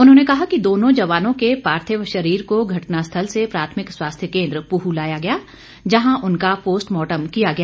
उन्होंने कहा कि दोनों जवानों के पार्थिव शरीर को घटनास्थल से प्राथमिक स्वास्थ्य केन्द्र पूह लाया गया जहां उनका पोस्टमार्टम किया गया